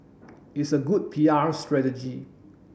it's a good P R strategy